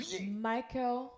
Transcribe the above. Michael